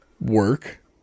work